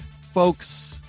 Folks